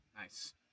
Nice